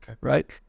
right